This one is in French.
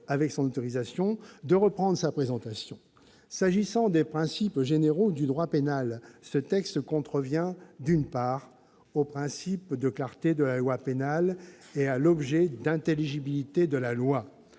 Avec son autorisation, je me permets de reprendre sa présentation. Pour ce qui est des principes généraux du droit pénal, ce texte contrevient, d'une part, au principe de clarté de la loi pénale et à l'objectif d'intelligibilité de la loi-